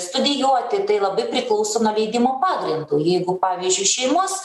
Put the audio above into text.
studijuoti tai labai priklauso nuo leidimo pagrindo jeigu pavyzdžiui šeimos